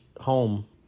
home